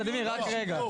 ולדימיר, רק רגע.